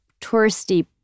touristy